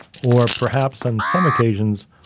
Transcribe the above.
or perhaps on some occasions,